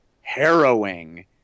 harrowing